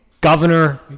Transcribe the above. Governor